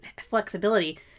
flexibility